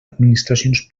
administracions